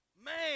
Man